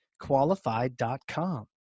Qualified.com